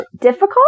difficult